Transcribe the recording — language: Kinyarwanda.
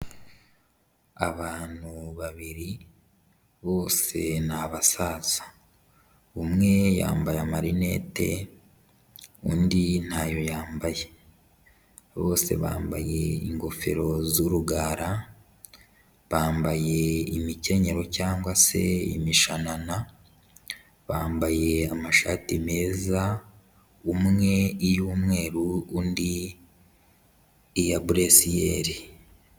Abantu babiri bose ni abasaza, umwe yambaye amarinete undi ntayo yambaye, bose bambaye ingofero z'urugara, bambaye imikenyero cyangwa se imishanana, bambaye amashati meza umwe iy'umweru undi iya buresiyeri.